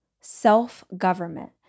self-government